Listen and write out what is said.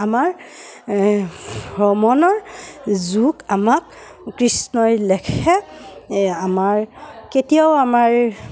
আমাৰ ভ্ৰমণৰ যুগ আমাক কৃষ্ণই লেখে আমাৰ কেতিয়াও আমাৰ